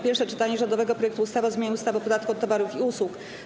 Pierwsze czytanie rządowego projektu ustawy o zmianie ustawy o podatku od towarów i usług.